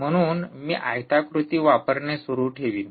म्हणून मी आयताकृती वापरणे सुरू ठेवीन